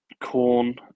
Corn